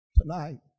tonight